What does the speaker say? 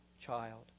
child